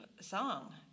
song